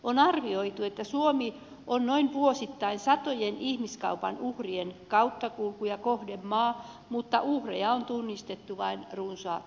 on arvioitu että suomi on vuosittain satojen ihmiskaupan uhrien kauttakulku ja kohdemaa mutta uhreja on tunnistettu vain runsaat sata